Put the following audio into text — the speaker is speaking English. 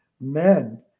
men